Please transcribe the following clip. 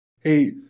hey